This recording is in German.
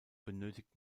benötigt